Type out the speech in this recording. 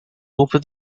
over